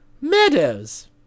Meadows